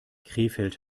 krefeld